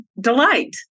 delight